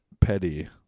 Petty